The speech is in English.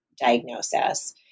diagnosis